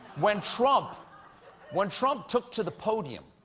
when trump when trump took to the podium,